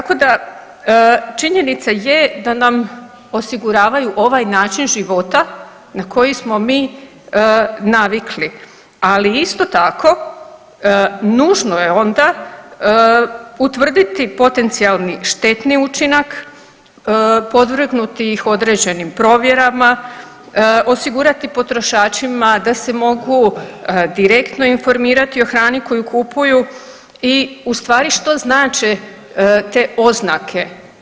Tako da, činjenica je da nam osiguravaju ovaj način života na koji smo mi navikli ali isto tako, nužno je onda utvrditi potencijalni štetni učinak, podvrgnuti ih određenim provjerama, osigurati potrošačima da se mogu direktno informirati o hrani koju kupuju i u stvari što znače te oznake.